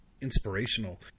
inspirational